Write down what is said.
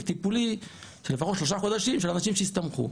טיפולי של לפחות שלושה חודשים של אנשים שהסתמכו.